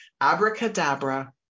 abracadabra